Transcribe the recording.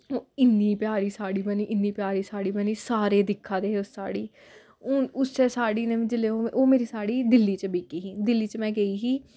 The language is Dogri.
ओह् इन्नी प्यारी साड़ी बनी इन्नी प्यारी साड़ी बनी सारे दिक्खा दे हे उस साड़ी हून उस्सै साड़ी ने जेल्लै ओह् ओह् मेरी साड़ी दिल्ली च बिकी ही दिल्ली च में गेई ही